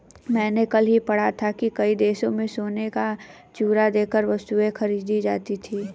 मैंने कल ही पढ़ा था कि कई देशों में सोने का चूरा देकर वस्तुएं खरीदी जाती थी